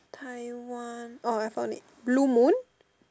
Taiwan orh I found it blue moon[